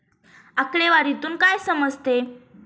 आकडेवारीतून काय समजते?